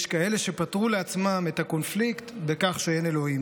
יש כאלה שפתרו לעצמם את הקונפליקט בכך שאין אלוהים,